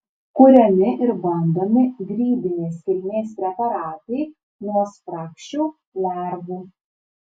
kuriami ir bandomi grybinės kilmės preparatai nuo spragšių lervų